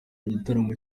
igitaramo